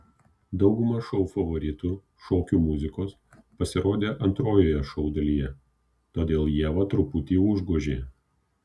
dauguma šou favoritų šokių muzikos pasirodė antrojoje šou dalyje todėl ievą truputį užgožė